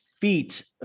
feet